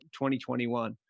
2021